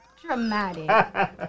dramatic